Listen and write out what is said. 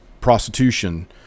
prostitution